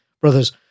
Brothers